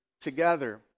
together